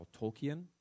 Tolkien